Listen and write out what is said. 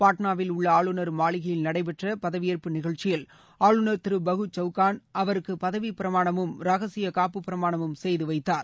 பாட்னாவில் உள்ள ஆளுநர் மாளிகையில் நடைபெற்ற பதவியேற்பு நிகழ்ச்சியில் ஆளுநர் திரு பகு சவுகான் அவருக்கு பதவிப் பிரமாணமும் ரகசிய காப்பு பிரமாணமும் செய்து வைத்தார்